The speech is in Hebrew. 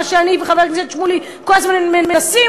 מה שאני וחבר הכנסת שמולי כל הזמן מנסים,